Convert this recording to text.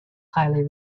highly